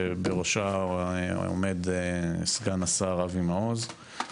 שבראשה עומד סגן השר אבי מעוז.